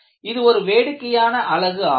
இது ஒரு வேடிக்கையான அலகு ஆகும்